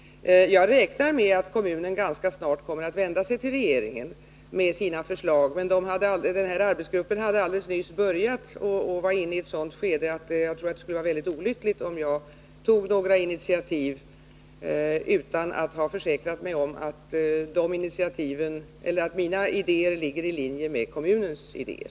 Jag räknar med att kommunen ganska snart kommer att vända sig till regeringen med sina förslag. Arbetsgruppen har nyss börjat arbeta och var inne i ett sådant skede att det vore olyckligt om jag tog några initiativ utan att ha försäkrat mig om att mina idéer ligger i linje med kommunens idéer.